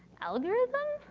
algorithm?